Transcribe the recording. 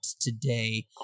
today